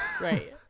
Right